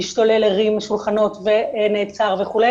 השתולל הרים שולחנות ונעצר וכו'